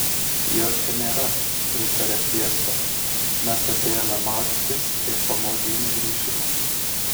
jo čia nėra pritarė fiesta mes atėjome maudytis ir po maudynių grįšime